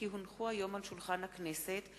כי הונחו היום על שולחן הכנסת,